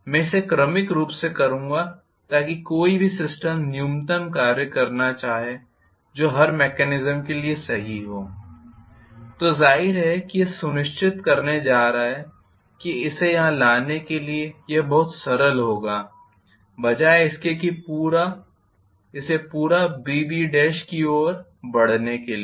मैं इसे क्रमिक रूप से करूंगा ताकि कोई भी सिस्टम न्यूनतम कार्य करना चाहे जो हर मेकेनीस्म के लिए सही हो तो जाहिर है कि यह सुनिश्चित करने जा रहा है कि इसे यहां ले जाने के लिए यह बहुत सरल होगा बजाय इसके कि इसे पूरा BB की ओर बढ़ने के लिए